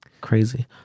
Crazy